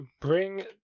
bring